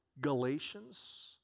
Galatians